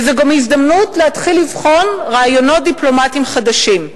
וזו גם הזדמנות להתחיל לבחון רעיונות דיפלומטיים חדשים,